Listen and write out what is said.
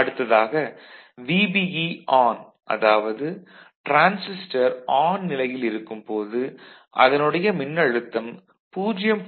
அடுத்தாக VBE அதாவது transistor on நிலையில் இருக்கும் போது அதனுடைய மின்னழுத்தம் 0